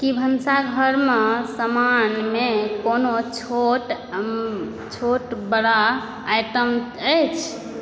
की भनसाघरक सामानमे कोनो छोट बड़ा आइटम अछि